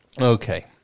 Okay